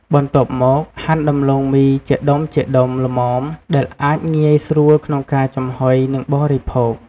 បន្ទាប់មក ហាន់ដំឡូងមីជាដុំៗល្មម ដែលអាចងាយស្រួលក្នុងការចំហុយ និងបរិភោគ។